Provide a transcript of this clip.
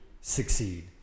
succeed